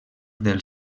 del